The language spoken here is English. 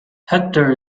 hector